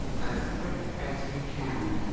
as quick as you can!